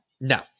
No